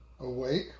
Awake